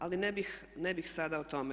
Ali ne bih sada o tome.